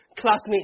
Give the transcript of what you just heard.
classmates